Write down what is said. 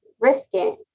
risking